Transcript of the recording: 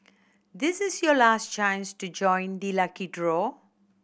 this is your last chance to join the lucky draw